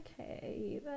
okay